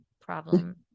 problem